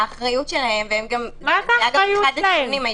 האחריות שלהם --- מה זה, האחריות שלהם?